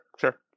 sure